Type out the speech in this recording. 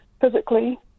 physically